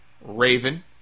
Raven